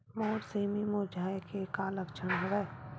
मोर सेमी मुरझाये के का लक्षण हवय?